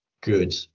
good